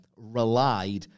relied